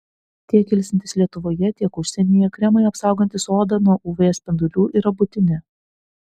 tiek ilsintis lietuvoje tiek užsienyje kremai apsaugantys odą nuo uv spindulių yra būtini